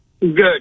Good